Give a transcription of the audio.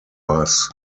bass